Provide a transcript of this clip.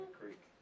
creek